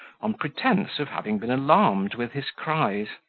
on pretence of having been alarmed with his cries.